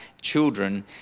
children